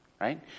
right